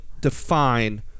define